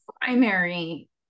primary